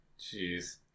Jeez